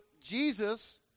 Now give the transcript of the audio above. Jesus